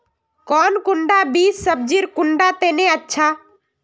कौन कुंडा बीस सब्जिर कुंडा तने अच्छा?